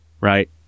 right